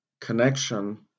connection